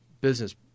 business